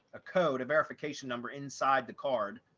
a code a verification number inside the card,